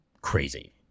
crazy